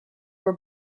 were